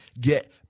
get